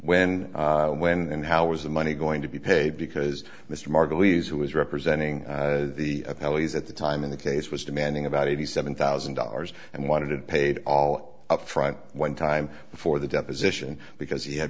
when when and how was the money going to be paid because mr margulies who was representing the ellie's at the time in the case was demanding about eighty seven thousand dollars and wanted it paid all up front one time before the deposition because he had